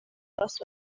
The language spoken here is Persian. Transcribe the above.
راست